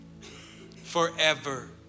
forever